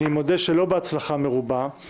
אני מודה שלא בהצלחה מרובה,